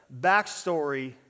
backstory